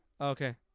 okay